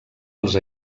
els